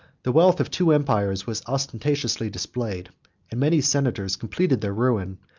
the wealth of two empires was ostentatiously displayed and many senators completed their ruin,